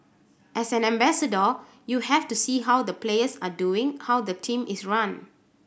as an ambassador you have to see how the players are doing how the team is run